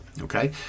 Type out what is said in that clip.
okay